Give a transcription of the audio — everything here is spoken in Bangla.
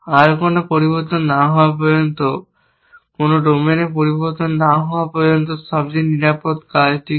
আর কোন পরিবর্তন না হওয়া পর্যন্ত কোন ডোমেইন পরিবর্তন না হওয়া পর্যন্ত সবচেয়ে নিরাপদ কাজ কি